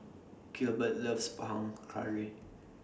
Gilbert loves Panang Curry